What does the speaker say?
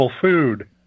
food